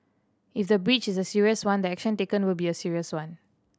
if the breach is a serious one the action taken will be a serious one